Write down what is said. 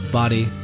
body